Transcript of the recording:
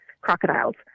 crocodiles